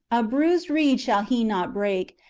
a bruised reed shall he not break,